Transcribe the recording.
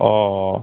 ஓ ஓ